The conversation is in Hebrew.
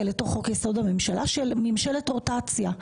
לתוך חוק יסוד: הממשלה של ממשלת רוטציה.